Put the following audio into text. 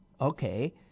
Okay